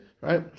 Right